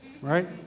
right